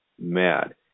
mad